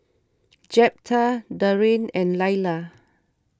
Jeptha Darrin and Lilah